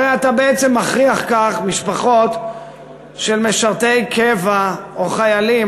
הרי אתה בעצם מכריח כך משפחות של משרתי קבע או חיילים